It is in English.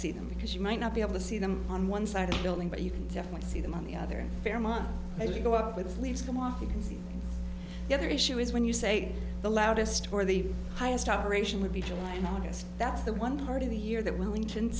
see them because you might not be able to see them on one side of the building but you can definitely see them on the other fairmont as you go up with leaves them off you can see the other issue is when you say the loudest for the highest operation would be july and august that's the one part of the year that willing to